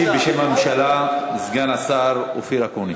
ישיב בשם הממשלה סגן השר אופיר אקוניס.